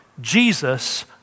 Jesus